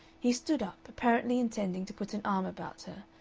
he stood up, apparently intending to put an arm about her,